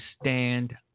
stand